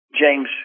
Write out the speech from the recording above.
James